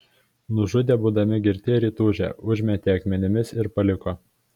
nužudė būdami girti ir įtūžę užmėtė akmenimis ir paliko